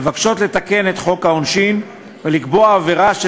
מבקשות לתקן את חוק העונשין ולקבוע עבירה של